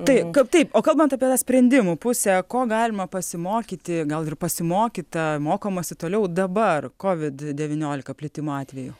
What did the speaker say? tai kad taip o kalbant apie tą sprendimų pusę ko galima pasimokyti gal ir pasimokyta mokomasi toliau dabar kovid devyniolika plitimo atveju